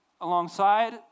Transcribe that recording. alongside